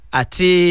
ati